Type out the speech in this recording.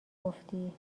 گفتی